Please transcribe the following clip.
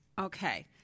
Okay